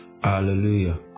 Hallelujah